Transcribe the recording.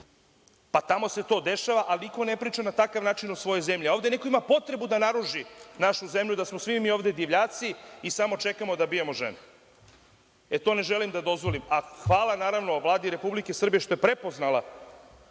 Pa tamo se to dešava, ali niko ne priča na takav način o svojoj zemlji, a ovde neko ima potrebu da naruži našu zemlju da smo svi mi ovde divljaci i samo čekamo da bijemo žene. To ne želim da dozvolim. Hvala Vladi Republike Srbije što je prepoznala